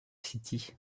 city